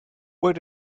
where